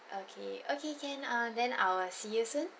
okay okay can err then I will see you soon